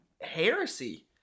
heresy